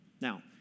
Now